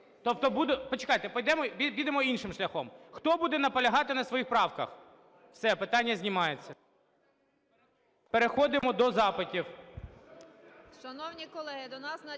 правки… Почекайте, підемо іншим шляхом. Хто буде наполягати на своїх правка? Все, питання знімається. Переходимо до запитів.